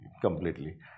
completely